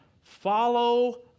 follow